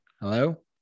Hello